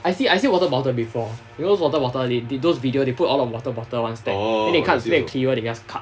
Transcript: I see I see water bottle before you know those water bottle they did those video they put a lot of water bottle one stack then they cut to see it cleaner then they just cut